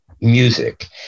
music